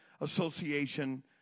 Association